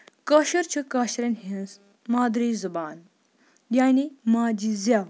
کٲشُر چھُ کٲشرین ہٕنز مادری زُبان یعنے ماجہِ زیو